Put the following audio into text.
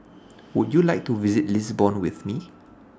Would YOU like to visit Lisbon with Me